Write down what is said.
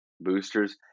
boosters